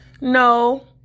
no